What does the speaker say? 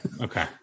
okay